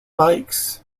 bikes